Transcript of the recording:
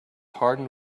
hardened